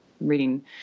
reading